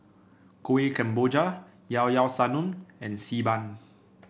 Kuih Kemboja Llao Llao Sanum and Xi Ban